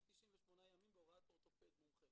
יש 98 ימים בהוראת אורתופד מומחה.